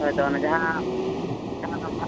ᱦᱳᱭᱛᱚ ᱚᱱᱟ ᱡᱟᱦᱟᱸ ᱡᱟᱦᱟᱸ ᱚᱱᱟ ᱵᱟ